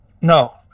No